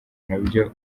nabyo